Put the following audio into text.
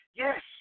Yes